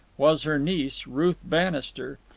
was her niece, ruth bannister,